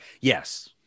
Yes